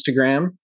instagram